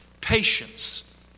patience